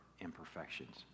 imperfections